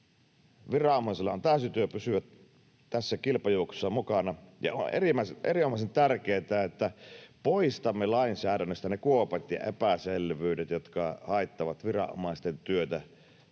Viranomaisilla on täysi työ pysyä tässä kilpajuoksussa mukana, ja on erinomaisen tärkeätä, että poistamme lainsäädännöstä ne kuopat ja epäselvyydet, jotka haittaavat viranomaisten työtä